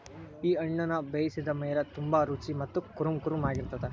ಈ ಹಣ್ಣುನ ಬೇಯಿಸಿದ ಮೇಲ ತುಂಬಾ ರುಚಿ ಮತ್ತ ಕುರುಂಕುರುಂ ಆಗಿರತ್ತದ